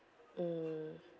mm